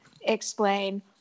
explain